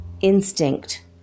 Instinct